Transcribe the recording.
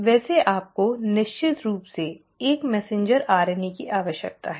वैसे आपको निश्चित रूप से एक मैसेंजर RNA की आवश्यकता है